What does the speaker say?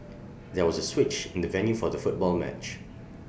there was switch in the venue for the football match